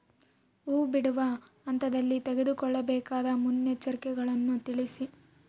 ಹೂ ಬಿಡುವ ಹಂತದಲ್ಲಿ ತೆಗೆದುಕೊಳ್ಳಬೇಕಾದ ಮುನ್ನೆಚ್ಚರಿಕೆಗಳನ್ನು ತಿಳಿಸಿ?